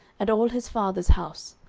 and all his father's house,